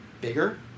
bigger